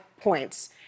points